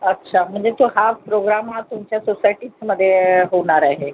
अच्छा म्हणजे तो हा प्रोग्राम हा तुमच्या सोसायटीतमध्ये होणार आहे